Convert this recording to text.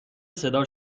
صدا